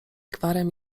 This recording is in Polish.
gwarem